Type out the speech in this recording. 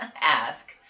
ask